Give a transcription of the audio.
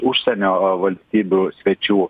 užsienio valstybių svečių